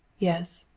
yes.